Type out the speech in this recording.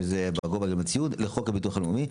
שזה גמלת סיעוד לחוק הביטוח הלאומי,